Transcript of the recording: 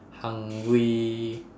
hungry